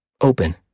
open